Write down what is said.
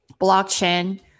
blockchain